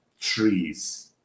trees